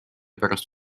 pärast